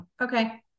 Okay